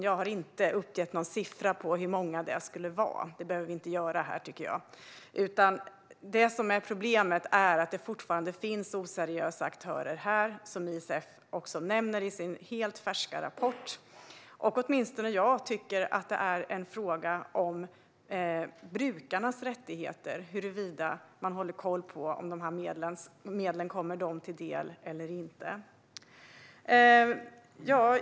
Jag har inte uppgett någon siffra för hur många det skulle vara, och det behöver vi inte heller göra. Problemet är att det fortfarande finns oseriösa aktörer, vilket ISF också nämner i sin färska rapport. Åtminstone jag tycker att det är en fråga om brukarnas rättigheter och att man håller koll på om dessa medel kommer dem till del eller inte.